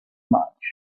much